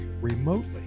remotely